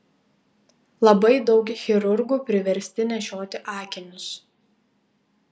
labai daug chirurgų priversti nešioti akinius